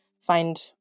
find